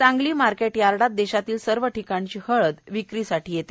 Sangli market यार्डात देशातील सर्व ठिकाणची हळद विक्रीसाठी येते